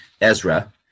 Ezra